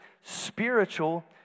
spiritual